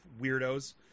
weirdos